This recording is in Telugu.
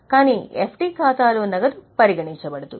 కానీ ఎఫ్డి ఖాతాలో నగదు పరిగణించబడదు